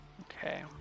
Okay